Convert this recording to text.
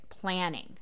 planning